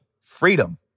freedom